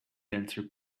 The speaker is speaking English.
dancer